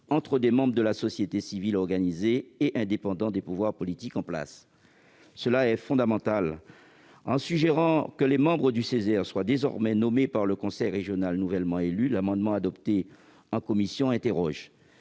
entre des membres de la société civile organisée indépendants des pouvoirs politiques en place. Ce point est fondamental. En suggérant que les membres des Ceser soient désormais nommés par le conseil régional nouvellement élu, l'amendement adopté en commission suscite